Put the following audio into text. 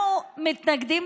אנחנו מתנגדים